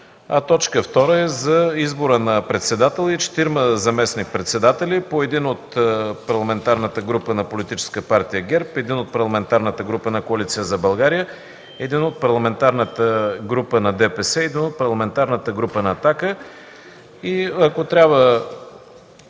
а т. 2 е за избора на председателя и четирима заместник-председатели – един от Парламентарната група на Политическа партия ГЕРБ, един от Парламентарната група на Коалиция за България, един от Парламентарната група на ДПС и един от Парламентарната група на „Атака”.